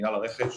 מינהל הרכש,